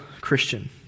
Christian